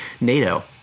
NATO